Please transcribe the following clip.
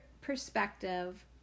perspective